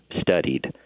studied